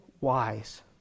wise